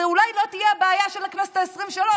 אולי זו לא תהיה הבעיה של הכנסת העשרים-ושלוש,